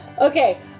Okay